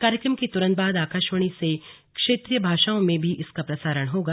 कार्यक्रम के तुरंत बाद आकाशवाणी से क्षेत्रीय भाषाओं में भी इसका प्रसारण होगा